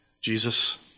Jesus